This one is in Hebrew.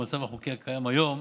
במצב החוקי הקיים היום,